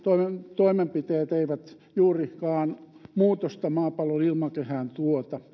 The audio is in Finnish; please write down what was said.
toimenpiteet eivät juurikaan muutosta maapallon ilmakehään tuota